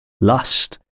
lust